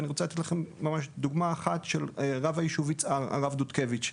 אני רוצה לתת לכם דוגמה אחת של רב היישוב יצהר הרב דודקביץ,